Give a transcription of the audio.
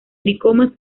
tricomas